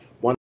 one